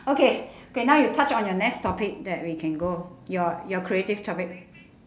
okay K now you touch on your next topic that we can go your your creative topic